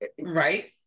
Right